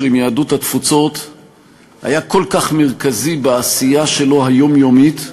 עם יהדות התפוצות היה כל כך מרכזי בעשייה היומיומית שלו,